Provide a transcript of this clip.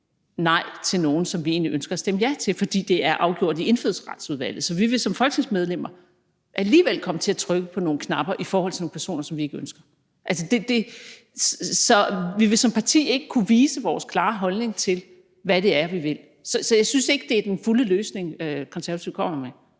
nej til nogle, som vi egentlig ønsker at stemme ja til, altså fordi det er afgjort i Indfødsretsudvalget. Så vi vil som folketingsmedlemmer alligevel komme til at trykke på nogle knapper i forhold til nogle personer, som vi ikke ønsker. Så vi vil som parti ikke kunne vise vores klare holdning til, hvad det er, vi vil. Så jeg synes ikke, det er den fulde løsning, Konservative kommer med.